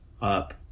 up